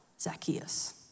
Zacchaeus